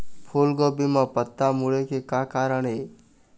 फूलगोभी म पत्ता मुड़े के का कारण ये?